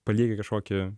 palieki kažkokį